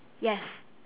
yes